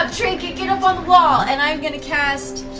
um get get up on the wall. and i'm going to cast